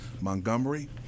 Montgomery